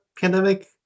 pandemic